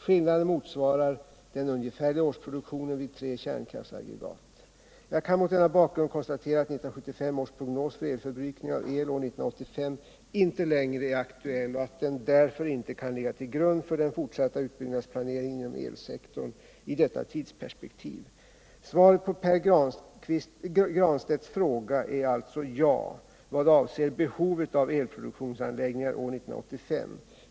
Skillnaden motsvarar den ungefärliga årsproduktionen vid tre kärnkraftsaggregat. Jag kan mot denna bakgrund konstatera att 1975 års prognos för förbrukning av el år 1985 inte längre är aktuell och att den därför inte kan ligga till grund för den fortsatta utbyggnadsplanen inom elsektorn i detta tidsperspektiv. Svaret på Pär Granstedts fråga är alltså ja i vad avser behovet av elproduktionsanläggningar år 1985.